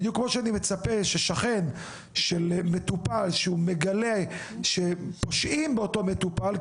בדיוק כמו שאני מצפה ששכן של מטופל כשהוא מגלה שפושעים באותו מטופל,